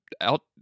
out